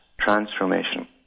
transformation